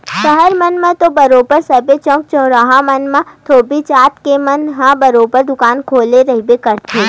सहर मन म तो बरोबर सबे चउक चउराहा मन म धोबी जात के मन ह बरोबर दुकान खोले रहिबे करथे